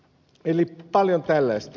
eli paljon tällaista